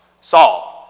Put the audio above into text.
Saul